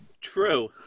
True